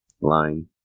lying